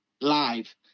live